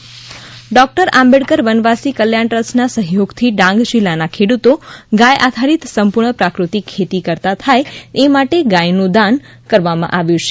વનવાસી Kalyan trust doctor Ambedkar Vanvasi Kalyan ટ્રસ્ટના સહયોગથી ડાંગ જિલ્લાના ખેડૂતો ગાય આધારિત સંપૂર્ણ પ્રાટૃતિક ખેતી કરતા થાય એ માટે ગાયનું દાન કરવામાં આવ્યું છે